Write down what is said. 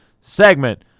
segment